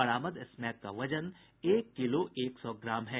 बरामद स्मैक का वजन एक किलो एक सौ ग्राम है